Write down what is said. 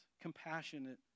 compassionate